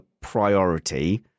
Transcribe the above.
priority